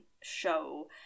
show